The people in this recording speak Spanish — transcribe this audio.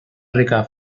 rica